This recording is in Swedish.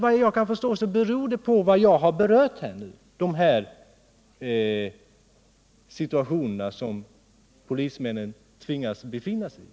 Vad jag kan förstå beror detta på bl.a. vad jag här berört.